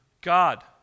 God